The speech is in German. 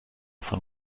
von